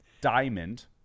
diamond